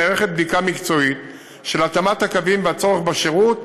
נערכת בדיקה מקצועית של התאמת הקווים והצורך בשירות,